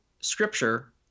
Scripture